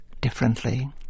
differently